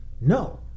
no